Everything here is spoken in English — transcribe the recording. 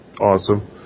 awesome